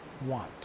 want